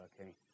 Okay